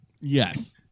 Yes